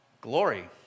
Glory